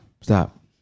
Stop